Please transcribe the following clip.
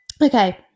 Okay